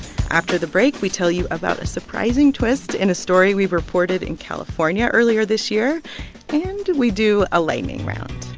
after the break, we tell you about a surprising twist in a story we reported in california earlier this year, and we do a lightning round